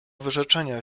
wyrzeczenia